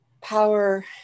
power